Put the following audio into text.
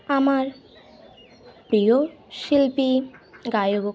আমার প্রিয় শিল্পী গায়ক